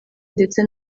ndetse